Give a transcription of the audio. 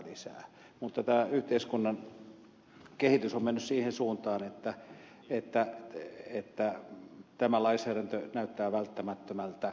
mutta tämän yhteiskunnan kehitys on mennyt siihen suuntaan että tämä lainsäädäntö näyttää välttämättömältä